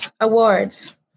Awards